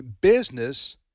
business